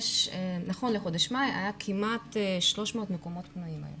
נכון לחודש מאי היו כמעט 300 מקומות פנויים היום